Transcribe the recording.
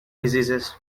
diseases